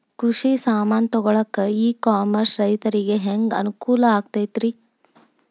ಕೃಷಿ ಸಾಮಾನ್ ತಗೊಳಕ್ಕ ಇ ಕಾಮರ್ಸ್ ರೈತರಿಗೆ ಹ್ಯಾಂಗ್ ಅನುಕೂಲ ಆಕ್ಕೈತ್ರಿ?